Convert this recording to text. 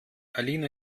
alina